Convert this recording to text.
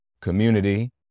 community